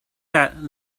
that